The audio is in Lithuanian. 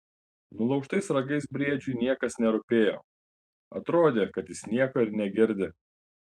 nulaužtais ragais briedžiui niekas nerūpėjo atrodė kad jis nieko ir negirdi